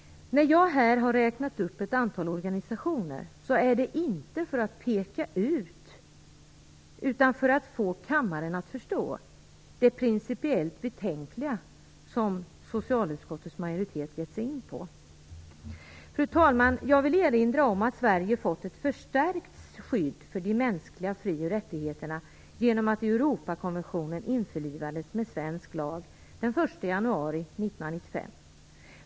När jag här har räknat upp ett antal organisationer är det inte för att göra utpekningar utan för att få kammaren att förstå det principiellt betänkliga som socialutskottets majoritet har gett sig in på. Fru talman! Jag vill erinra om att Sverige fått ett förstärkt skydd för de mänskliga fri och rättigheterna genom att Europakonventionen införlivades i svensk lag den 1 januari 1995.